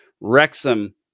Wrexham